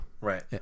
Right